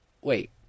wait